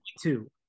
two